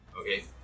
Okay